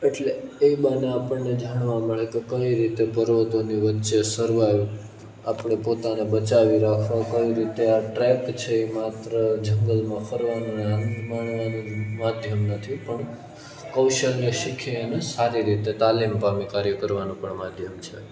એટલે એ બહાને આપણને જાણવા મળે કે કઈ રીતે પર્વતોની વચ્ચે સર્વાઇવ આપણે પોતાને બચાવી રાખવા કઈ રીતે આ ટ્રેક છે એ માત્ર જંગલમાં ફરવાનું અને આનંદ મળે એનું માધ્યમ નથી પણ કૌશલ્ય શીખે અને સારી રીતે તાલીમ પામી કાર્ય કરવાનું પણ માધ્યમ છે